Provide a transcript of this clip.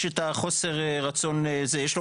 חוסר רצון --- יש לו